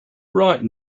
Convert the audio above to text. right